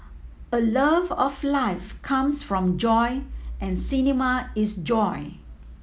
a love of life comes from joy and cinema is joy